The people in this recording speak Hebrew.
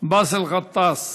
באסל גטאס.